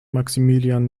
maximilian